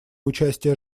участие